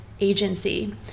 agency